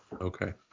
Okay